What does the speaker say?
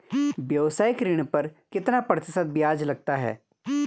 व्यावसायिक ऋण पर कितना प्रतिशत ब्याज लगता है?